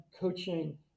coaching